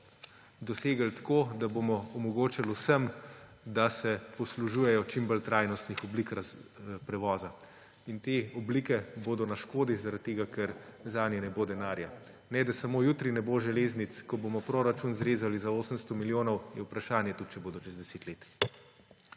dosegli tako, da bomo omogočili vsem, da se poslužujejo čim bolj trajnostnih oblik prevoza. Te oblike bodo na škodi zaradi tega, ker zanje ne bo denarja. Ne samo, da jutri ne bo železnic, ko bomo proračun zrezali za 800 milijonov, je vprašanje tudi, ali bodo čez 10 let.